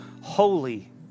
holy